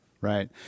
Right